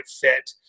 fit